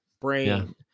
brain